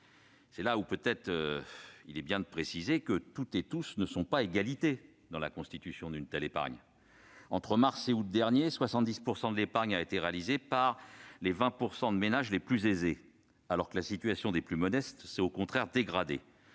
Il me paraît important de préciser que toutes et tous ne sont pas à égalité dans la constitution d'une telle épargne. Entre mars et août dernier, 70 % de l'épargne a été réalisée par les 20 % de ménages les plus aisés, alors que la situation des plus modestes s'est au contraire dégradée.